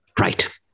Right